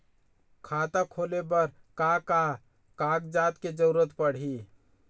खाता खोले बर का का कागजात के जरूरत पड़ही?